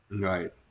Right